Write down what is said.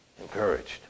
Encouraged